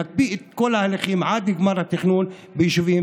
להקפיא את כל ההליכים עד גמר התכנון ביישובים.